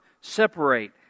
separate